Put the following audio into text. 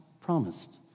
promised